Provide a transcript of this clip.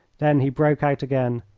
then he broke out again.